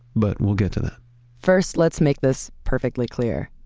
but we'll get to that first, let's make this perfectly clear.